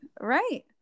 right